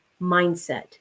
mindset